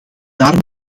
daar